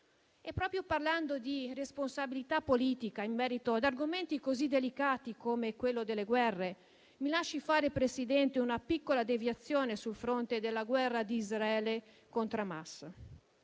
Proprio parlando di responsabilità politica in merito ad argomenti delicati come quello delle guerre, mi lasci fare una piccola deviazione, Presidente, sul fronte della guerra di Israele contro Hamas.